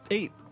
Eight